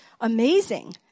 amazing